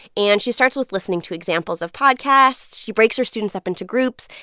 and she starts with listening to examples of podcasts. she breaks her students up into groups,